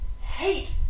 hate